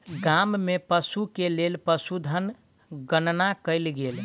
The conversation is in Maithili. गाम में पशु के लेल पशुधन गणना कयल गेल